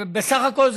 לא